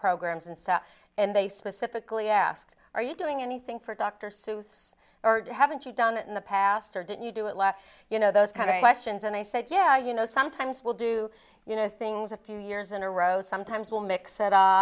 programs and so and they specifically asked are you doing anything for dr seuss or haven't you done it in the past or did you do it last you know those kind of questions and i said yeah you know sometimes we'll do you know things a few years in a row sometimes will mix